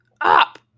up